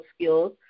skills